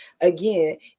Again